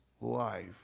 life